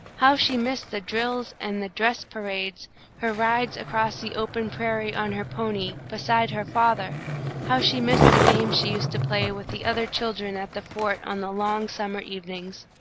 how she missed the drills and the dress parades her rides across the open prairie on her pony, beside her father how she missed the games she used to play with the other children at the fort on the long summer evenings!